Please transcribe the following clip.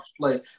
play